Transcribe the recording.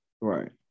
right